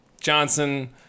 Johnson